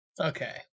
Okay